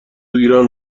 ایران